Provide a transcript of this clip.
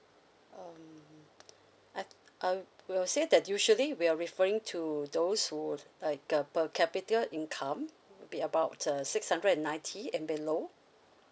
um I uh we will say that usually we are referring to those who would like a per capita income would be about uh six hundred and ninety and below